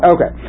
Okay